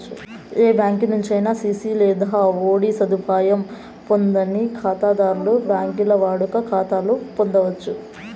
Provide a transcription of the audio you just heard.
ఏ బ్యాంకి నుంచైనా సిసి లేదా ఓడీ సదుపాయం పొందని కాతాధర్లు బాంకీల్ల వాడుక కాతాలు పొందచ్చు